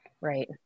Right